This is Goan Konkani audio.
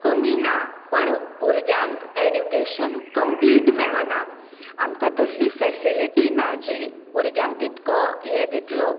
कमी ना पण भुरग्यांक एज्युकॅशन कमप्लीट मेळना आमकां तसली फॅसिलिटी ना जी भुरग्यांक तितको हें दितलो